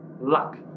luck